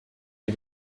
die